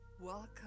Welcome